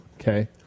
Okay